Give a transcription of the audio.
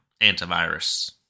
antivirus